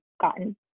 gotten